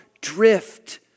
drift